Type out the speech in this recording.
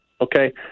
Okay